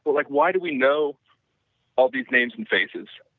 but like why do we know all these names and faces,